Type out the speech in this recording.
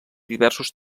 diversos